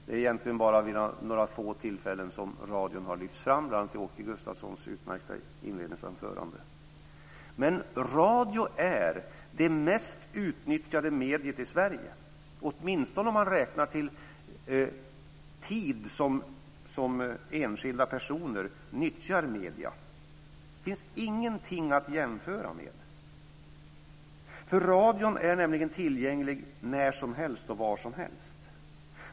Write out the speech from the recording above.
Det är egentligen bara vid några få tillfällen som radion har lyfts fram, bl.a. i Åke Gustavssons utmärkta inledningsanförande. Men radio är det mest utnyttjade mediet i Sverige, åtminstone om man räknar i tid som enskilda personer nyttjar medier. Det finns ingenting att jämföra med. Radion är nämligen tillgänglig närsomhelst och varsomhelst.